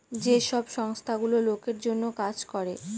যে সব সংস্থা গুলো লোকের জন্য কাজ করে